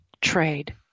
Trade